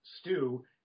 stew